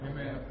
Amen